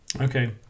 Okay